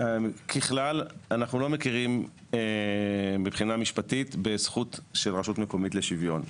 ככלל אנחנו לא מכירים מבחינה משפטית בזכות של רשות מקומית לשוויון.